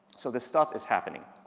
so this stuff is happening.